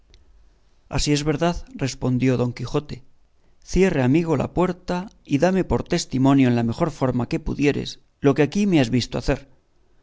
así es verdad respondió don quijote cierra amigo la puerta y dame por testimonio en la mejor forma que pudieres lo que aquí me has visto hacer